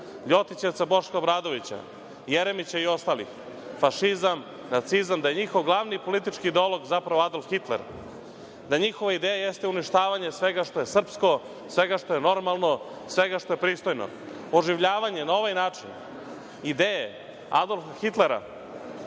Ljotićevca Boška Obradovića, Jeremića i ostalih fašizam, nacizam, da je njihov glavni politički ideolog, zapravo, Adolf Hitler, da njihova ideja jeste uništavanje svega što je srpsko, svega što je normalno, svega što je pristojno. Oživljavanje na ovaj način ideje Adolfa Hitlera